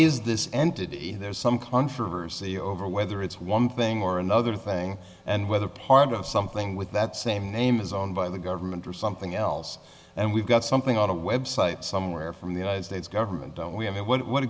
is this entity there's some controversy over whether it's one thing or another thing and whether part of something with that same name is owned by the government or something else and we've got something on a website somewhere from the united states government we have it what